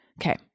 Okay